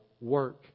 work